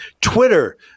Twitter